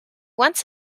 once